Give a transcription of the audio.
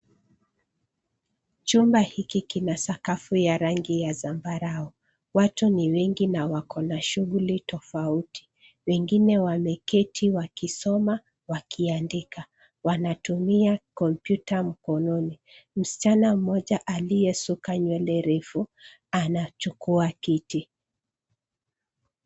Chumba hiki kina sakafu ya rangi ya zambarau. Watu ni wengi na wakona shughuli tofauti. Wengine wameketi wakisoma wakiandika. Wanatumia kompyuta mkononi. Msichana mmoja aliyesuka nywele refu anachukua kiti.